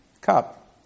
cup